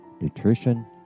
nutrition